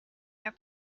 are